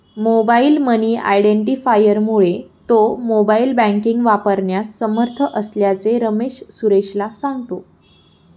mobile money आयडेंटिफायरमुळे तो mobile banking वापरण्यास समर्थ असल्याचे रमेश सुरेशला सांगतो